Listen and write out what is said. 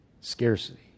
scarcity